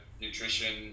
nutrition